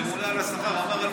הממונה על השכר אמר.